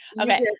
Okay